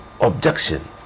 objection